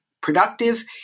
productive